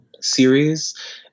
series